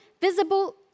visible